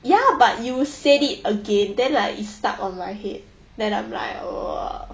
ya but you said it again then like it stuck on my head then I'm like err